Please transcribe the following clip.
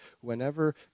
whenever